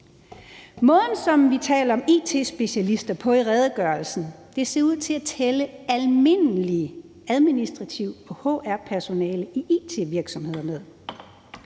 et par stykker. It-specialister ser i redegørelsen ud til at tælle almindeligt administrativt HR-personale i it-virksomhederne.